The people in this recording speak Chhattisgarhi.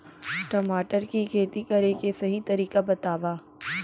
टमाटर की खेती करे के सही तरीका बतावा?